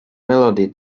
melody